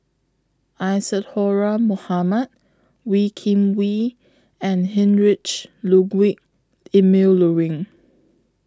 Isadhora Mohamed Wee Kim Wee and Heinrich Ludwig Emil Luering